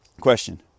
Question